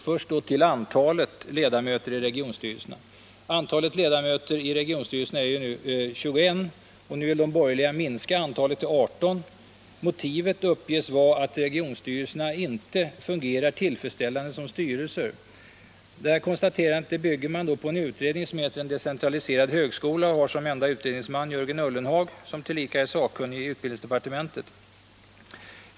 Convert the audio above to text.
Först då till antalet ledamöter i regionstyrelserna. Antalet ledamöter i regionstyrelserna är f. n. 21. Nu vill de borgerliga minska antalet till 18. Motivet uppges vara att regionstyrelserna inte fungerar tillfredsställande som styrelser. Detta konstaterande bygger man på en utredning som heter En decentraliserad högskola och har som enda utredningsman Jörgen Ullenhag, tillika sakkunnig i utbildningsdepartementet.